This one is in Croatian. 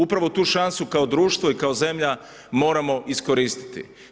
Upravo tu šansu kao društvo i kao zemlja moramo iskoristiti.